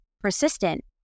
persistent